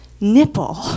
nipple